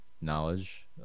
knowledge